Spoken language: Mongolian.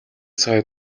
сая